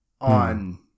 on